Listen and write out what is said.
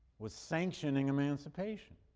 was sanctioning emancipation.